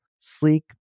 sleek